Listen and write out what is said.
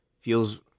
feels